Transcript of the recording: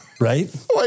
Right